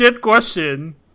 question